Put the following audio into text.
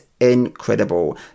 incredible